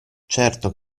certo